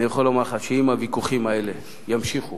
אני יכול לומר לך שאם הוויכוחים האלה יימשכו